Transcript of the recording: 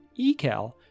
ECAL